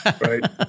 right